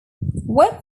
webb